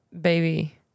baby